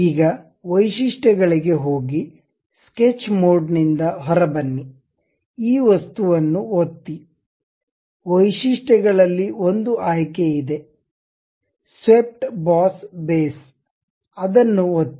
ಈಗ ವೈಶಿಷ್ಟ್ಯ ಗಳಿಗೆ ಹೋಗಿ ಸ್ಕೆಚ್ ಮೋಡ್ನಿಂದ ಹೊರಬನ್ನಿ ಈ ವಸ್ತುವನ್ನು ಒತ್ತಿ ವೈಶಿಷ್ಟ್ಯಗಳಲ್ಲಿ ಒಂದು ಆಯ್ಕೆ ಇದೆ ಸ್ವೇಪ್ಟ್ ಬಾಸ್ ಬೇಸ್ ಅದನ್ನು ಒತ್ತಿ